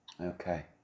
Okay